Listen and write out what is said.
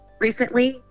recently